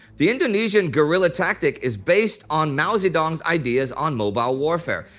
the indonesian guerrilla tactic is based on mao zedong's ideas on mobile warfare.